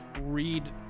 read